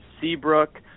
Seabrook